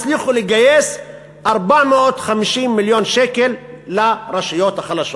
הצליחו לגייס 450 מיליון שקלים לרשויות החלשות.